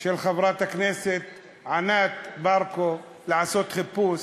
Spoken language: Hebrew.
של חברת הכנסת ענת ברקו לעשות חיפוש,